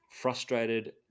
frustrated